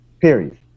period